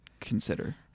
consider